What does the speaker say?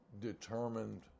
determined